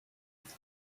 its